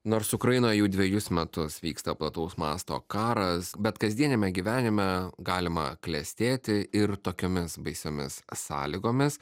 nors ukrainoj jau dvejus metus vyksta plataus masto karas bet kasdieniame gyvenime galima klestėti ir tokiomis baisiomis sąlygomis